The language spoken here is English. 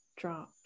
drop